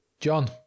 John